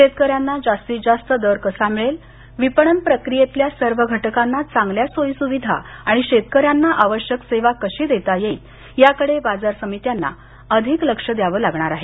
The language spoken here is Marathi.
शेतकऱ्यांना जास्तीत जास्त दर कसा मिळेल विपणन प्रक्रियेतल्या सर्व घटकांना चांगल्या सोयी सुविधा आणि शेतकऱ्यांना आवश्यक सेवा कशी देता येईल याकडे बाजार समित्यांना अधिक लक्ष द्यावं लागणार आहे